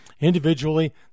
individually